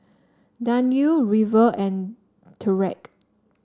Danyel River and Tyreke